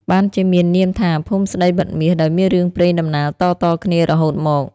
បានជាមាននាមថា ភូមិស្តីបិទមាស ដោយមានរឿងព្រេងដំណាលតៗគ្នារហូតមក។